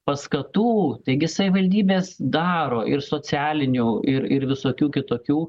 paskatų taigi savivaldybės daro ir socialinių ir ir visokių kitokių